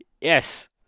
Yes